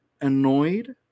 annoyed